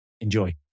Enjoy